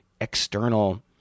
external